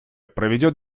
проведет